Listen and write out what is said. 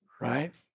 right